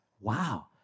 Wow